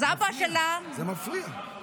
אז אבא שלה אמר: